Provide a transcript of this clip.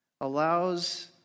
allows